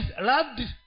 loved